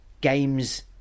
games